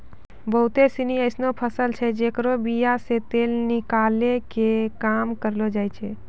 बहुते सिनी एसनो फसल छै जेकरो बीया से तेल निकालै के काम करलो जाय छै